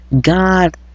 God